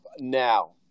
now